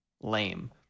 lame